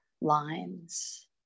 lines